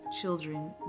children